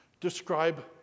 describe